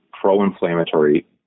pro-inflammatory